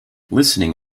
listening